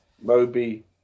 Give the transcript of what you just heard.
Moby